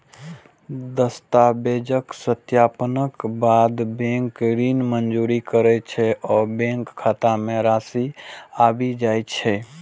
दस्तावेजक सत्यापनक बाद बैंक ऋण मंजूर करै छै आ बैंक खाता मे राशि आबि जाइ छै